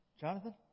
Jonathan